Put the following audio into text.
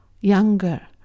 younger